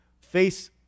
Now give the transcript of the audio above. face